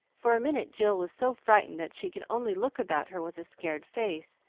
for a minute, jill was so frightened that she could only look about her with a scared face,